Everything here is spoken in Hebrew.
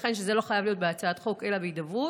ייתכן שזה לא חייב להיות בהצעת חוק, אלא בהידברות,